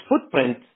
footprint